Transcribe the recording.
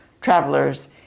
travelers